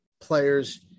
players